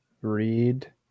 Read